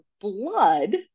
blood